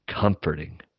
comforting